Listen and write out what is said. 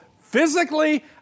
physically